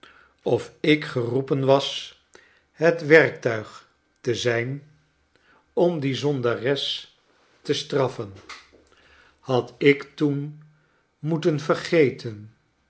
of ik geroepeu was het werktuig te zijn om die zondares te straffen had ik toen moeten vergeten